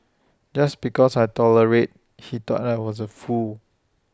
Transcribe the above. just because I tolerated he thought I was A fool